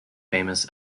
famous